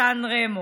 סן רמו.